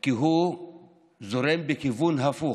כי הוא זורם בכיוון הפוך.